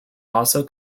also